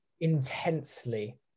intensely